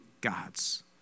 gods